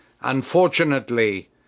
unfortunately